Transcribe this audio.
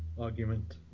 argument